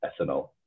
ethanol